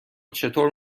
چطور